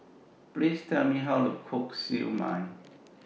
Please Tell Me How to Cook Siew Mai